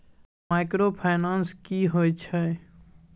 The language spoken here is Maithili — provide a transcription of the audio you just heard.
माइक्रोफाइनान्स की होय छै?